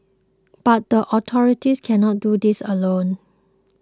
but the authorities cannot do this alone